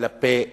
כלפי ילדים.